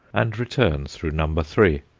and return through number three,